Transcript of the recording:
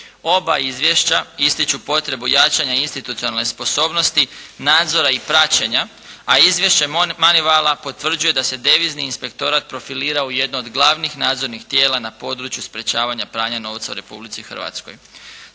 Oba izvješća ističu potrebu jačanja institucionalne sposobnosti nadzora i praćenja a izvješće Manivala potvrđuje da se Devizni inspektorat profilirao u jedno od glavnih nadzornih tijela na području sprečavanja pranja novca u Republici Hrvatskoj.